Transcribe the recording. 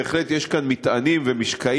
בהחלט יש כאן מטענים ומשקעים,